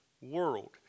world